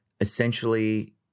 essentially